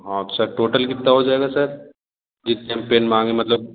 और sir total कितना हो जाएगा सर जितने हम पेन मांगे मतलब